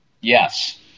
Yes